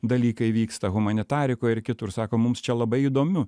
dalykai vyksta humanitarikoj ir kitur sako mums čia labai įdomiu